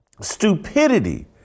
stupidity